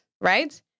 right